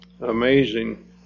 amazing